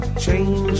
change